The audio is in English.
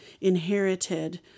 inherited